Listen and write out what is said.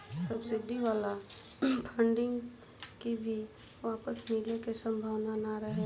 subsidy वाला funding के भी वापस मिले के सम्भावना ना रहेला